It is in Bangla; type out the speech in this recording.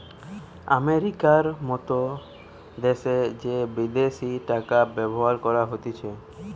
আমেরিকার মত দ্যাশে যে বিদেশি টাকা ব্যবহার করা হতিছে